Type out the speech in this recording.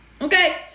Okay